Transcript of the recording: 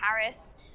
Paris